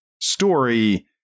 story